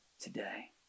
today